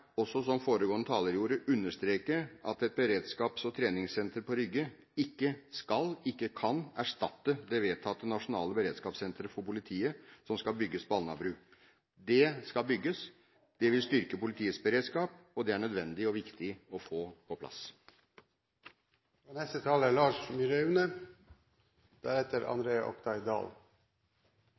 også – som foregående taler gjorde – understreke at et beredskaps- og treningssenter på Rygge ikke skal eller kan erstatte det vedtatte nasjonale beredskapssenteret for politiet som skal bygges på Alnabru. Det skal bygges. Det vil styrke politiets beredskap, og det er det nødvendig og viktig å få på plass. Jeg er